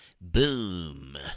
Boom